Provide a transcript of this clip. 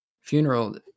funeral